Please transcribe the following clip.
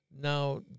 Now